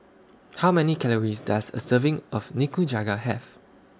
How Many Calories Does A Serving of Nikujaga Have